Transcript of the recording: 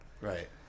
Right